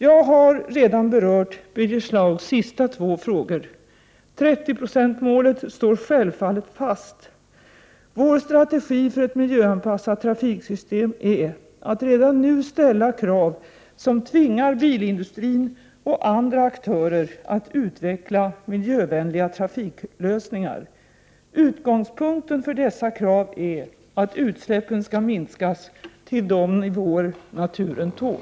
Jag har redan berört Birger Schlaugs sista två frågor. 30-procentsmålet står självfallet fast. Vår strategi för ett miljöanpassat trafiksystem är att redan nu ställa krav som tvingar bilindustrin och andra aktörer att utveckla miljövänliga trafiklösningar. Utgångspunkten för dessa krav är att utsläppen skall minskas till de nivåer naturen tål.